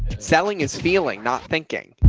selling is feeling not thinking.